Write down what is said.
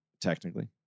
Technically